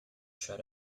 shut